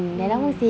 mm